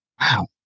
Wow